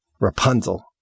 Rapunzel